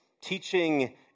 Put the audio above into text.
teaching